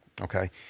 okay